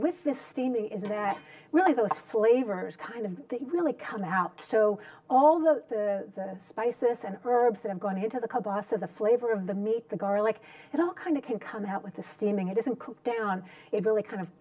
with this steaming is that really the flavors kind of really come out so all the spices and herbs and going to the club last of the flavor of the meat the garlic and all kind of can come out with a steaming it isn't cook down it really kind of